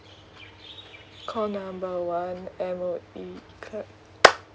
call number one M_O_E clap